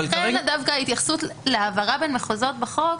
ולכן דווקא ההתייחסות להעברה בין מחוזות בחוק,